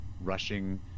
rushing